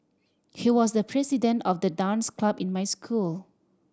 he was the president of the dance club in my school